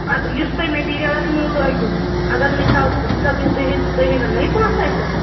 اَدٕ یُس تۄہہِ میٹیٖریَل اَتھ نوٚو لٲگِو اگر مِثال تُہٕنٛزِ غلط تُہۍ ہیٚیِو تُہۍ ہیٚوا نٔے پۅنٛسہٕ اَسہِ اَتھ